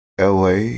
LA